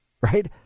Right